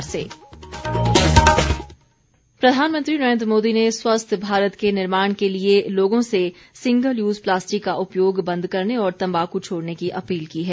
मन की बात प्रधानमंत्री नरेन्द्र मोदी ने स्वस्थ भारत के निर्माण के लिए लोगों से सिंगल यूज़ प्लास्टिक का उपयोग बंद करने और तंबाकू छोड़ने की अपील की है